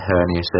hernia